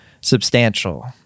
substantial